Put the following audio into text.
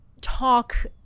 talk